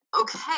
okay